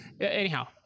anyhow